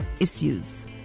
issues